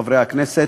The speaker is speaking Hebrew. חברי הכנסת,